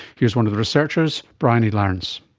here's one of the researchers, briony larance.